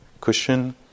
cushion